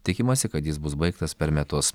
tikimasi kad jis bus baigtas per metus